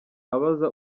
abaza